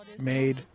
made